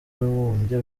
w’abibumbye